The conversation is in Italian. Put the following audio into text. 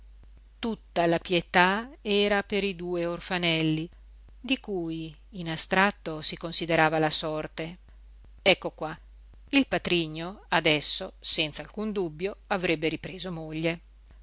tutta la pietà era per i due orfanelli di cui in astratto si considerava la sorte ecco qua il patrigno adesso senza alcun dubbio avrebbe ripreso moglie